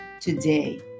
today